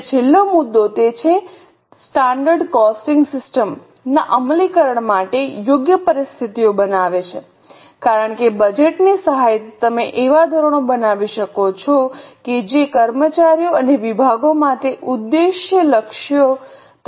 અને છેલ્લો મુદ્દો તે છે કે તે સ્ટાન્ડર્ડ કોસ્ટિંગ સિસ્ટમ ના અમલીકરણ માટે યોગ્ય પરિસ્થિતિઓ બનાવે છે કારણ કે બજેટ ની સહાયથી તમે એવા ધોરણો બનાવી શકો છો કે જે કર્મચારીઓ અને વિભાગો માટે ઉદ્દેશ્ય લક્ષ્યો તરીકે સેવા આપી શકે